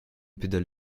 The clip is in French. pédale